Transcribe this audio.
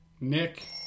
Nick